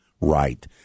right